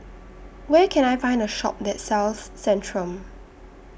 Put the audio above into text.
Where Can I Find A Shop that sells Centrum